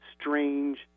strange